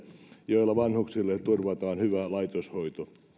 joilla vanhuksille turvataan hyvä laitoshoito